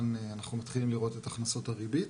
אנחנו מתחילים לראות את הכנסות הריבית.